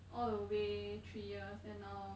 all the way three years then now